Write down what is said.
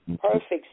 Perfect